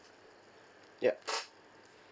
yup